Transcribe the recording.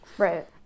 Right